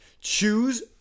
Choose